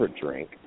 drink